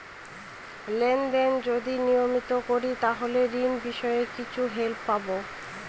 Lane দেন যদি নিয়মিত করি তাহলে ঋণ বিষয়ে কিছু হেল্প পাবো?